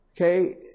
Okay